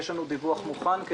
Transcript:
יש לנו דיווח מוכן.